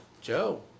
Joe